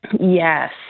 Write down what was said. Yes